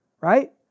right